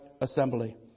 assembly